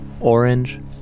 Orange